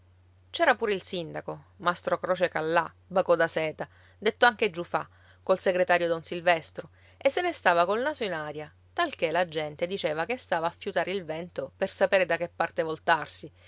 c'era pure il sindaco mastro croce callà baco da seta detto anche giufà col segretario don silvestro e se ne stava col naso in aria talché la gente diceva che stava a fiutare il vento per sapere da che parte voltarsi